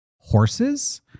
horses